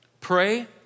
pray